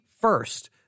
first